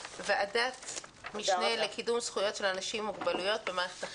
ועדת משנה לקידום זכויות של אנשים עם מוגבלויות במערכת החינוך.